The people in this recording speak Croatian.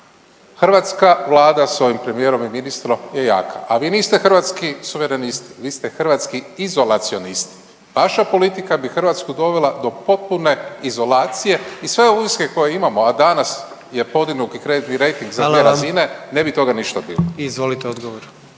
Hrvatska Vlada sa ovim premijerom i ministrom je jaka. A vi niste Hrvatski suverenisti, vi ste hrvatski izolacionisti. Vaša politika bi Hrvatsku dovela do potpune izolacije i sve … koje imamo, a danas je podignut kreditni rejting za dvije razine ne bi toga ništa bilo. **Jandroković,